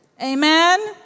Amen